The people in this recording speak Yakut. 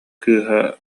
кыыһа